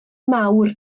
mawr